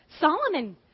Solomon